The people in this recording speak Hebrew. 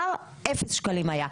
אפס שקלים היו.